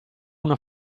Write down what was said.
una